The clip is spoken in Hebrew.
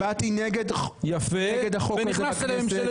הצבעתי נגד החוק הזה.